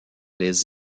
les